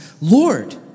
Lord